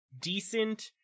decent